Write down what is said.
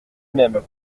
même